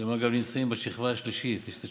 שבמעגל המיסים בשכבה השלישית,